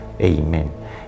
Amen